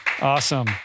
Awesome